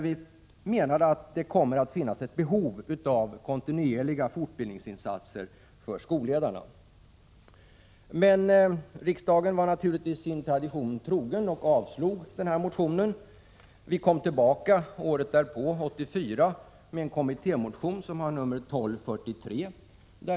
Vi menade att det skulle komma att föreligga ett behov av kontinuerliga fortbildningsinsatser för skolledarna. Men riksdagen var naturligtvis sin tradition trogen och avslog motionen. Vi kom tillbaka året därpå med en kommittémotion med nr 1243.